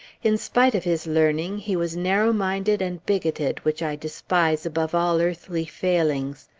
in spite of his learning, he was narrow-minded and bigoted, which i despise above all earthly failings.